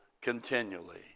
continually